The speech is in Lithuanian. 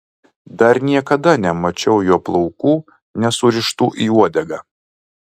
dar niekada nemačiau jo plaukų nesurištų į uodegą